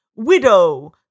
Widow